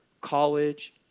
college